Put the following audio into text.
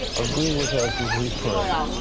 agree with us as we pray.